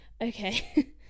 okay